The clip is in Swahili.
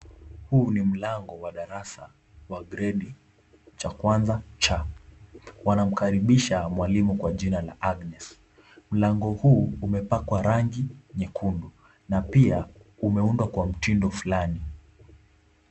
Huu ni mlango wa darasa wa gredi ya kwanza C, wanamkaribisha mwalimu kwa jina la Agnes, mlango huu umepakwa rangi nyekundu na pia umeundwa kwa mtindo fulani.